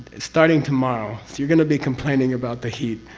starting tomorrow. so you're going to be complaining about the heat.